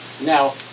Now